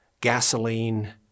gasoline